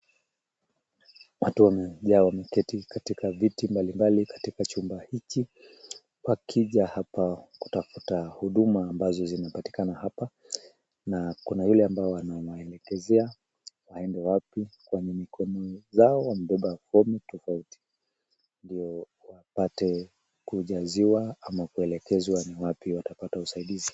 Watu wamejaa wameketi katika viti mbalimbali katika chumba hichi, wakija hapa kutafuta huduma ambazo zinapatikana hapa na kuna yule ambaye anamwelekezea aende wapi na kuna wenzao wamebeba fomu tofauti ndio wapate kujaziwa ama kuelekezwa ni wapi watapata usaidizi.